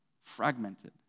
fragmented